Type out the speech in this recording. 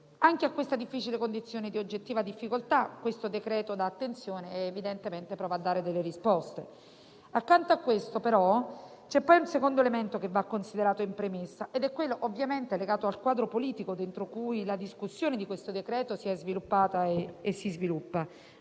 Anche a tale condizione di oggettiva difficoltà il decreto dà attenzione ed evidentemente prova a dare risposte. Accanto a questo, però, c'è un secondo elemento che va considerato in premessa ed è quello ovviamente legato al quadro politico dentro cui la discussione di questo decreto-legge si è sviluppata e si sviluppa.